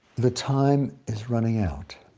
the time is running out.